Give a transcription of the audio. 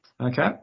okay